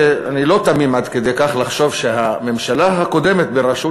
אני לא תמים עד כדי כך לחשוב שהממשלה הקודמת בראשות